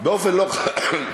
באופן לא חכם,